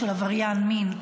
סימון מושיאשוילי וינון אזולאי,